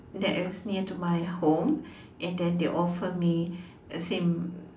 that is near to my home and then they offer me a same